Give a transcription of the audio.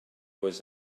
was